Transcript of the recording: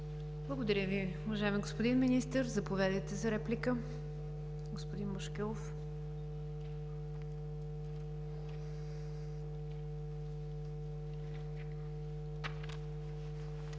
Благодаря Ви, уважаеми господин Министър. Заповядайте за реплика, Господин Бошкилов.